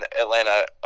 Atlanta